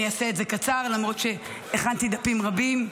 אני אעשה את זה קצר למרות שהכנתי דפים רבים.